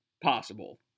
possible